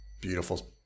beautiful